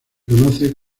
conoce